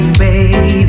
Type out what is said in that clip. baby